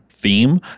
theme